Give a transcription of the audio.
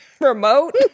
remote